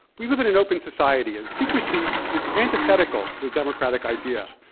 we live in an open society, and secrecy is antithetical to the democratic idea.